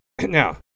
Now